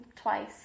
twice